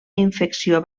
infecció